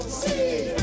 see